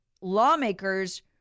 lawmakers